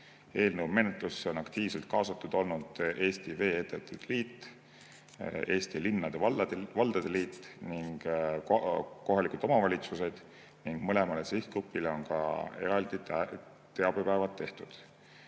Eelnõu menetlusse on aktiivselt kaasatud olnud Eesti Vee-ettevõtete Liit, Eesti Linnade ja Valdade Liit ning kohalikud omavalitsused. Mõlemale sihtgrupile on ka eraldi teabepäevad tehtud.